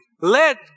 let